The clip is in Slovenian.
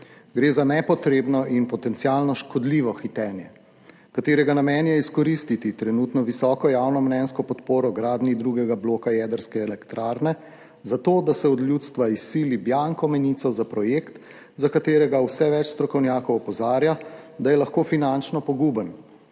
Gre za nepotrebno in potencialno škodljivo hitenje, katerega namen je izkoristiti trenutno visoko javnomnenjsko podporo gradnji drugega bloka jedrske elektrarne zato, da se od ljudstva izsili bianko menico za projekt, za katerega vse več strokovnjakov opozarja, da je lahko finančno poguben